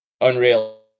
unreal